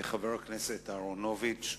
חבר הכנסת יצחק אהרונוביץ,